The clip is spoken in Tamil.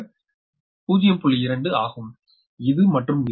2 ஆகும் இது மற்றும் இது